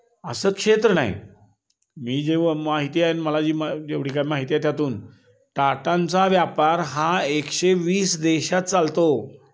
असं क्षेत्र नाही मी जेव्हा माहिती आहे आणि मला जी जेवढी काय माहिती आहे त्यातून टाटांचा व्यापार हा एकशे वीस देशात चालतो